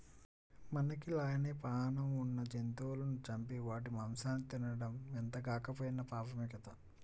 మనకి లానే పేణం ఉన్న జంతువులను చంపి వాటి మాంసాన్ని తినడం ఎంతగాకపోయినా పాపమే గదా